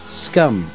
scum